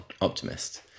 optimist